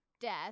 death